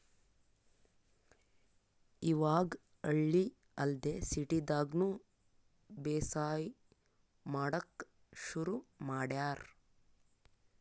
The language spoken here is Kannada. ಇವಾಗ್ ಹಳ್ಳಿ ಅಲ್ದೆ ಸಿಟಿದಾಗ್ನು ಬೇಸಾಯ್ ಮಾಡಕ್ಕ್ ಶುರು ಮಾಡ್ಯಾರ್